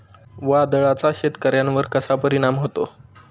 वादळाचा शेतकऱ्यांवर कसा परिणाम होतो?